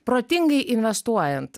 protingai investuojant